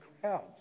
crowds